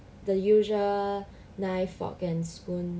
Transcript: the usual knife fork and spoon